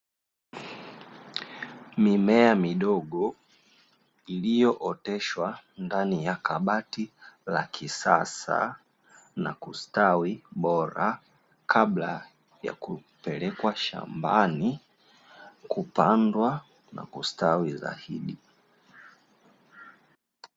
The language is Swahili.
Mimea midogo iliyooteshwa ndani ya kabati la kisasa, na kustawi bora kabla ya kupelekwa shambani kupandwa na kustawi zaidi.